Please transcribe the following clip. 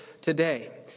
today